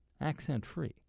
accent-free